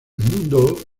mundo